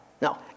no